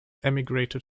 emigrated